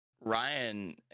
Ryan